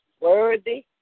worthy